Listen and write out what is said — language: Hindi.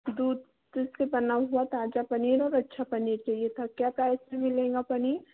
दूध से बना हुआ ताज़ा पनीर और अच्छा पनीर चाहिए था क्या प्राइस में मिलेगा पनीर